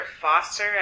foster